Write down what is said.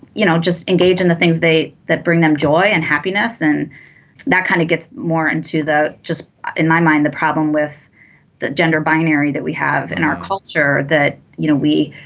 you know just engage in the things they that bring them joy and happiness and that kind of gets more into just in my mind the problem with the gender binary that we have in our culture that you know we